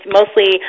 mostly